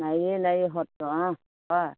নাৰীয়ে নাৰীৰ শত্ৰু অঁ হয়